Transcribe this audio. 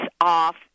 off